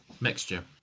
Mixture